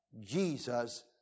Jesus